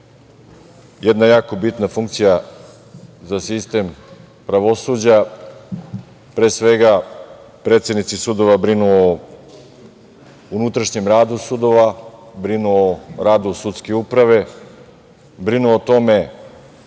jedna jako bitna funkcija za sistem pravosuđa, pre svega predsednici sudova brinu o unutrašnjem radu sudova, brinu o radu sudske uprave, brinu o tome